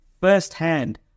firsthand